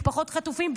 משפחות חטופים,